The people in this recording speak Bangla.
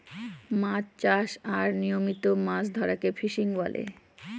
মাছ চাষ আর নিয়মিত মাছ ধরাকে ফিসিং বলে